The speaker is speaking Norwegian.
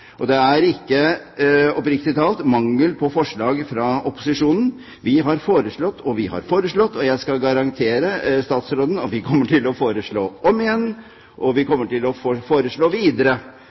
og det er ikke – oppriktig talt – mangel på forslag fra opposisjonen. Vi har foreslått, og vi har foreslått. Jeg skal garantere statsråden at vi kommer til å foreslå om igjen, og vi kommer til å foreslå videre.